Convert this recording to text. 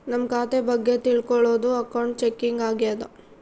ನಮ್ ಖಾತೆ ಬಗ್ಗೆ ತಿಲ್ಕೊಳೋದು ಅಕೌಂಟ್ ಚೆಕಿಂಗ್ ಆಗ್ಯಾದ